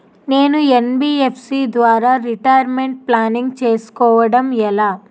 నేను యన్.బి.ఎఫ్.సి ద్వారా retirement planning చేసుకోవడం ఎలా?